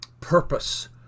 purpose